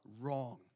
wrong